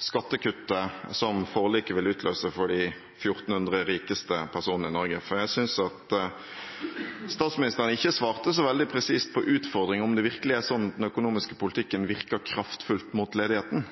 skattekuttet som forliket vil utløse for de 1 400 rikeste personene i Norge, for jeg synes ikke statsministeren svarte så veldig presist på utfordringen om det virkelig er sånn at den økonomiske politikken virker kraftfullt mot ledigheten.